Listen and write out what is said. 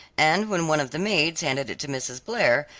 and when one of the maids handed it to mrs. blair,